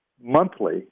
monthly